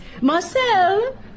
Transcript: Marcel